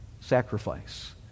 sacrifice